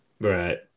right